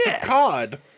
cod